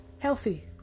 healthy